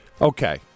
okay